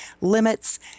limits